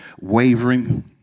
wavering